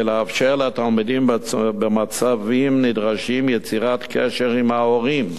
לאפשר לתלמידים במצבים נדרשים יצירת קשר עם ההורים,